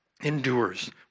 endures